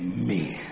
amen